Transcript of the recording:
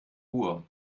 uhr